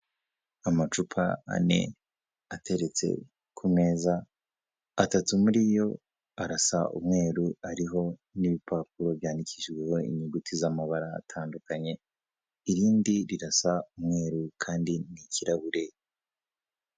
Amacupa ane ateretse ku meza, atatu muri yo arasa umweru, ariho n'ibipapuro byandikishijweho inyuguti z'amabara atandukanye, irindi rirasa umweru kandi ni ikirahure.